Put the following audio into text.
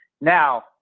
Now